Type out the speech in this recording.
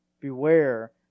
Beware